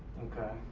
okay.